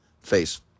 face